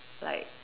like